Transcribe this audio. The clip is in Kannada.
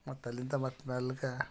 ಮತ್ತೆ ಅಲ್ಲಿಂದ ಮತ್ತೆ ಮೆಲ್ಲಕೆ